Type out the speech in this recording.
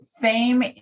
fame